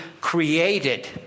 created